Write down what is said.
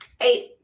eight